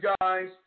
guys